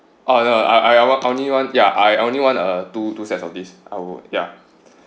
uh the I I I only want ya I only one uh two two sets of this I w~ ya